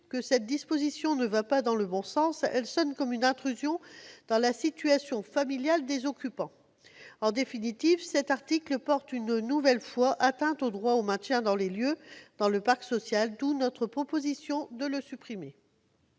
que cette disposition ne va pas dans le bon sens, elle peut être perçue comme une intrusion dans la situation familiale des occupants. En définitive, cet article porte une nouvelle fois atteinte au droit au maintien dans les lieux dans le parc social, d'où notre proposition de le supprimer